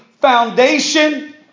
foundation